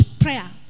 prayer